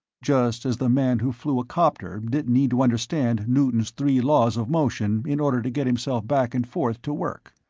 just as the man who flew a copter didn't need to understand newton's three laws of motion in order to get himself back and forth to work.